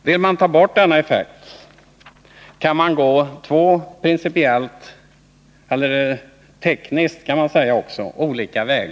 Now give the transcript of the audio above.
Vill man ta bort denna effekt kan man tekniskt gå till väga på två olika sätt.